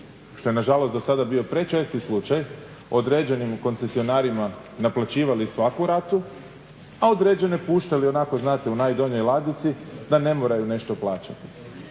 što je nažalost dosada bio prečesti slučaj određenim koncesionarima naplaćivali svaku ratu, a određene puštali onako znate u najdonjoj ladici da ne moraju nešto plaćati.